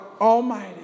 Almighty